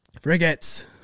frigates